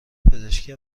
پزشکی